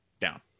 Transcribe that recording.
down